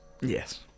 Yes